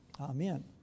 Amen